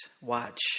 watch